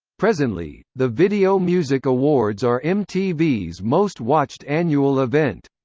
presently, the video music awards are mtv's most watched annual event.